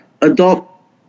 adopt